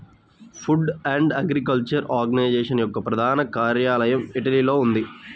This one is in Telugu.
ఫుడ్ అండ్ అగ్రికల్చర్ ఆర్గనైజేషన్ యొక్క ప్రధాన కార్యాలయం ఇటలీలో ఉంది